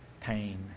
pain